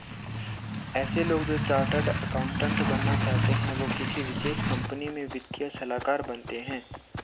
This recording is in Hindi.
ऐसे लोग जो चार्टर्ड अकाउन्टन्ट बनना चाहते है वो किसी विशेष कंपनी में वित्तीय सलाहकार बनते हैं